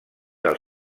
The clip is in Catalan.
del